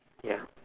ya